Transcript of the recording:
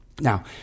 Now